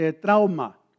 trauma